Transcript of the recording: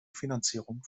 finanzierung